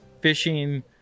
fishing